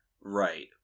right